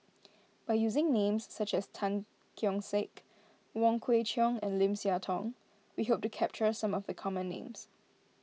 by using names such as Tan Keong Saik Wong Kwei Cheong and Lim Siah Tong we hope to capture some of the common names